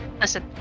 Listen